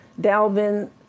Dalvin